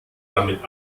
damit